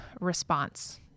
response